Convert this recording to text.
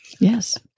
Yes